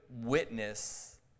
witness